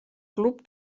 club